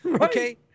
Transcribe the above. Okay